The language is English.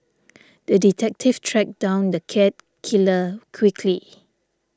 the detective tracked down the cat killer quickly